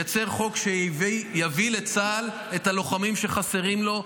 לייצר חוק שיביא לצה"ל את הלוחמים שחסרים לו.